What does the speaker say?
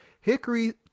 Hickory